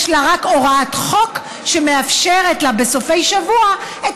יש לה רק הוראת חוק שמאפשרת לה בסופי שבוע את